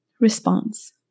response